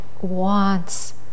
wants